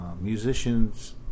musicians